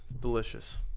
Delicious